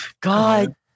god